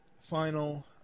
final